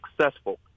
successful